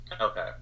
okay